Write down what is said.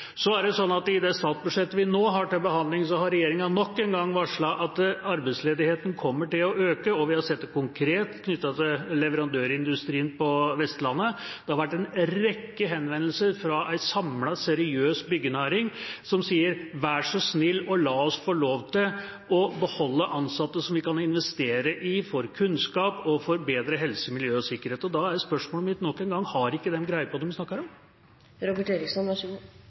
Så er det sånn at i det statsbudsjettet vi nå har til behandling, har regjeringa nok en gang varslet at arbeidsledigheten kommer til å øke, og vi har sett det konkret knyttet til leverandørindustrien på Vestlandet. Det har vært en rekke henvendelser fra en samlet, seriøs byggenæring, som sier: Vær så snill å la oss få lov til å beholde ansatte, som vi kan investere i for kunnskap og forbedret helse, miljø og sikkerhet. Da er spørsmålet mitt nok en gang: Har de ikke greie på hva de snakker